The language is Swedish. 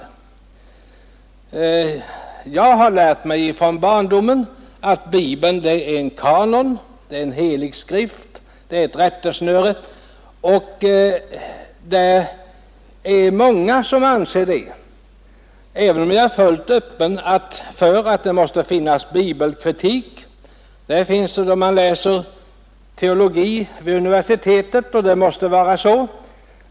Jag har lärt mig från barndomen att Bibeln är en kanon, en helig skrift, ett rättesnöre. Det är många som anser det. Jag är dock fullt öppen för att det måste finnas bibelkritik. Den förekommer t.ex. då man läser teologi vid universitetet, och det måste vara så.